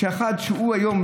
שהוא היום,